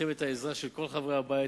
צריכים את העזרה של כל חברי הבית,